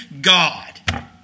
God